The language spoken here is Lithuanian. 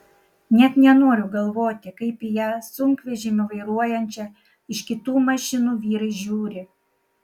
net nenoriu galvoti kaip į ją sunkvežimį vairuojančią iš kitų mašinų vyrai žiūri